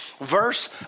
verse